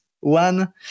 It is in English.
One